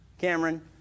Cameron